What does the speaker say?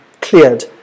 cleared